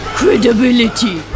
credibility